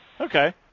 Okay